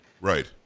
Right